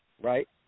right